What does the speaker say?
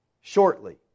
shortly